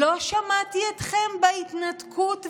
לא שמעתי אתכם בהתנתקות ובאוסלו.